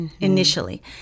initially